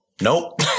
nope